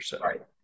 Right